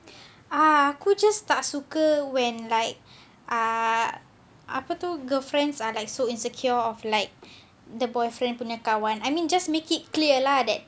ah aku just tak suka when like uh apa tu girlfriends are like so insecure of like the boyfriend punya kawan I mean just make it clear lah that